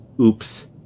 Oops